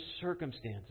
circumstances